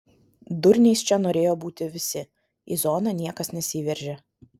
durniais čia norėjo būti visi į zoną niekas nesiveržė